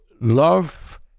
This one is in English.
love